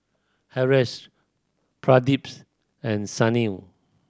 Haresh Pradips and Sunil